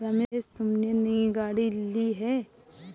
रमेश तुमने नई गाड़ी ली हैं